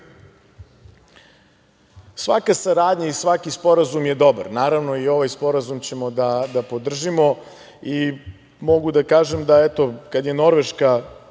saradnja i svaki sporazum je dobar. Naravno, i ovaj sporazum ćemo da podržimo i mogu da kažem da, eto, kada je Norveška